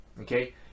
okay